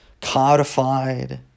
codified